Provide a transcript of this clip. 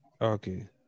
Okay